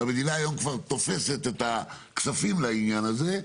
והמדינה היום כבר תופסת את הכספים לעניין הזה,